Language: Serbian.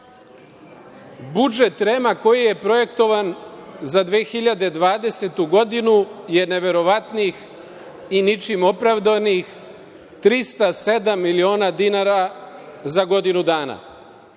REM koji je projektovan za 2020. godinu je neverovatnih i ničim opravdanih 307 miliona dinara za godinu dana.